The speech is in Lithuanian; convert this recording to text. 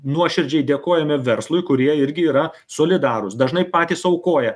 nuoširdžiai dėkojame verslui kurie irgi yra solidarūs dažnai patys aukoja